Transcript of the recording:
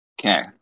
Okay